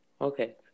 Okay